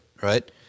right